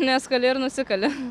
nes kali ir nusikali